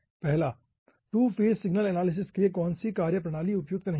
पहला two phase signal analysis के लिए कौन सी कार्यप्रणाली उपयुक्त नहीं है